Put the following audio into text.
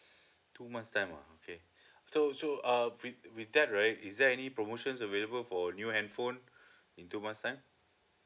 two months time ah okay so so uh with with that right is there any promotions available for new handphone in two months time